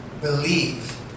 believe